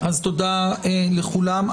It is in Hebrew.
תודה לכולם.